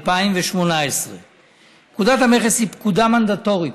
התשע"ח 2018. פקודת המכס היא פקודה מנדטורית,